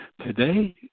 Today